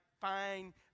fine